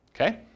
Okay